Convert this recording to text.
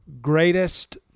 Greatest